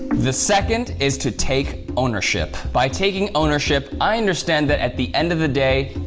the second is to take ownership. by taking ownership, i understand that at the end of the day,